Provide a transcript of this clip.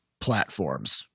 platforms